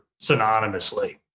synonymously